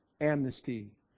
amnesty